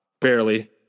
barely